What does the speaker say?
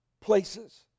places